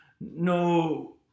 No